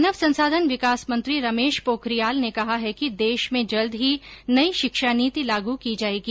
मानव संसाधन विकास मंत्री रमेश पोखरियाल ने कहा है कि देश में जल्द ही नई शिक्षा नीति लागू की जायेगी